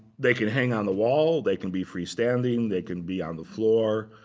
they can hang on the wall. they can be free-standing. they can be on the floor.